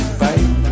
fight